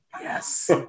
Yes